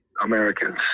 Americans